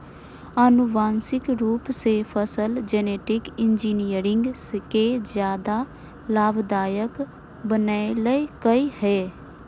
आनुवांशिक रूप से फसल जेनेटिक इंजीनियरिंग के ज्यादा लाभदायक बनैयलकय हें